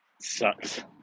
Sucks